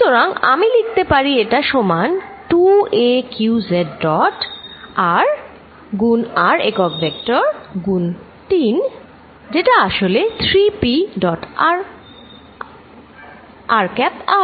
সুতরাং আমি লিখতে পারি এটা সমান 2a q z dot r গুন r একক ভেক্টর গুন 3 যেটা আসলে 3 p dot r cap r